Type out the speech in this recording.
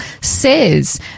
says